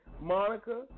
Monica